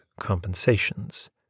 compensations